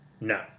No